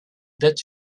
date